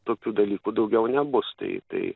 tokių dalykų daugiau nebus tai tai